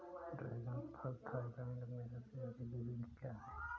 dragon फल Thailand में सबसे अधिक विख्यात है